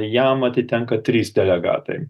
jam atitenka trys delegatai